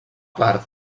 part